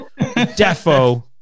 defo